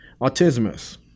autismus